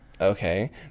okay